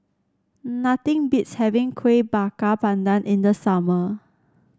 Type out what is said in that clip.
nothing beats having Kueh Bakar Pandan in the summer